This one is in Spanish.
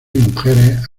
mujeres